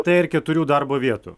tai ar keturių darbo vietų